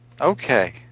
Okay